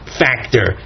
factor